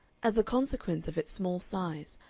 as a consequence of its small size,